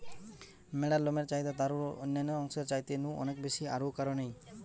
ম্যাড়ার লমের চাহিদা তারুর অন্যান্য অংশের চাইতে নু অনেক বেশি আর ঔ কারণেই